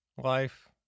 life